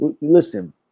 listen